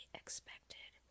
expected